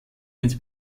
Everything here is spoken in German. ins